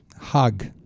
Hug